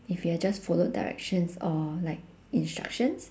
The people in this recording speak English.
if you had just followed directions or like instructions